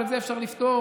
אבל את זה אפשר לפתור